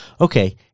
okay